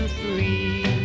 free